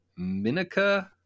Minica